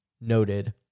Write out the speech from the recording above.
noted